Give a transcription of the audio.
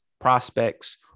prospects